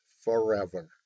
forever